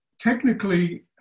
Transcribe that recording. technically